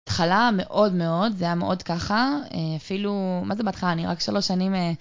התחלה מאוד מאוד, זה היה מאוד ככה, אפילו, מה זה בהתחלה, אני רק שלוש שנים...